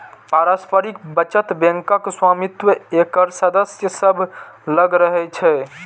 पारस्परिक बचत बैंकक स्वामित्व एकर सदस्य सभ लग रहै छै